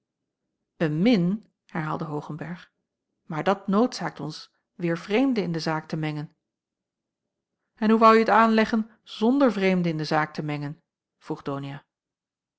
een min herhaalde hoogenberg maar dat noodzaakt ons weêr vreemden in de zaak te mengen en hoe woû jij het aanleggen zonder vreemden in de zaak te mengen vroeg donia